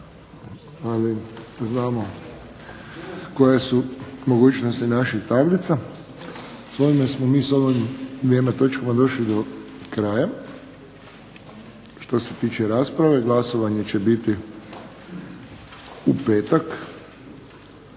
ali znamo koje su mogućnosti naših tablica. S ovim smo dvjema točkama došli do kraja što se tiče rasprave. Glasovanje će biti u petak